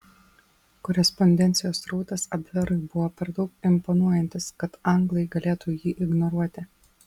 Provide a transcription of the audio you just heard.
korespondencijos srautas abverui buvo per daug imponuojantis kad anglai galėtų jį ignoruoti